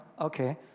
okay